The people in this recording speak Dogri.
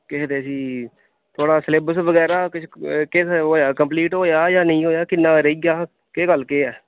केह् आखदे उसी थुआढ़ा सिलेबस बगैरा किश केह् आखदे होएआ कम्पलीट होएआ जां निं होएआ किन्ना रेही गेआ केह् गल्ल केह् ऐ